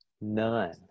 None